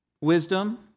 wisdom